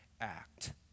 act